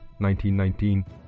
1919